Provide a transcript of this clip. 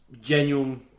genuine